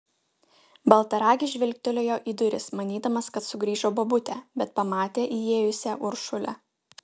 baltaragis žvilgtelėjo į duris manydamas kad sugrįžo bobutė bet pamatė įėjusią uršulę